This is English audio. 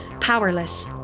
powerless